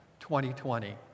2020